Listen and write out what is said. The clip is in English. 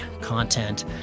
content